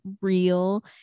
real